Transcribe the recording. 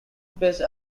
space